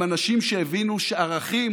עם אנשים שהבינו שערכים